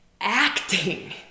acting